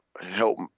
help